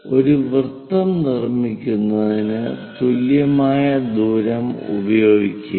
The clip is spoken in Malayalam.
ഒരു വൃത്തം നിർമ്മിക്കുന്നതിന് തുല്യമായ ദൂരം ഉപയോഗിക്കുക